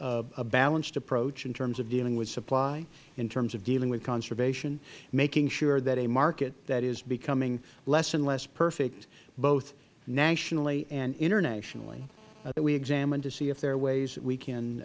require a balanced approach in terms of dealing with supply in terms of dealing with conservation making sure that a market that is becoming less and less perfect both nationally and internationally that we examine to see if there are ways that we can